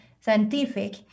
scientific